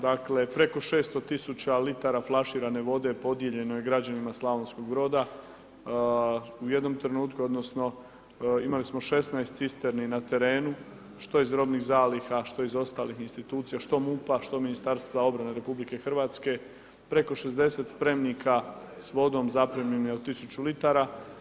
Dakle preko 600 000 litara flaširane vode podijeljeno je građanima SB, u jednom trenutku, odnosno imali smo 16 cisterni na terenu, što iz robnih zaliha, što iz ostalih institucija, što MUP-a, što Ministarstva obrane RH, preko 60 spremnika s vodom zaprimljenim od 1000 litara.